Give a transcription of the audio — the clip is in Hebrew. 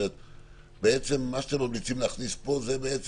מה שאתם ממליצים להכניס פה זה בעצם